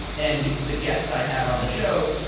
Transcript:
and the guest i had on the show,